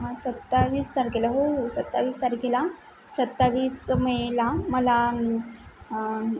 हां सत्तावीस तारखेला हो हो सत्तावीस तारखेला सत्तावीस मेला मला